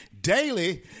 daily